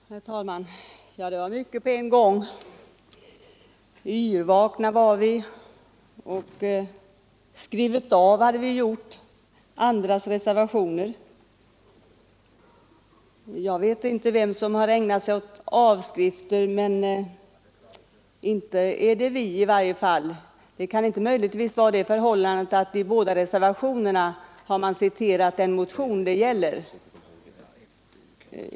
Herr talman! Det var mycket på en gång som vi inom centern fick höra. Yrvakna var vi, skrivit av andras reservationer hade vi gjort. Jag vet inte vem som har ägnat sig åt att göra avskrifter, men inte är det vi i varje fall. Syftade herr Karlsson i Huskvarna möjligen på det förhållandet att i båda reservationerna har man citerat den motion det gäller.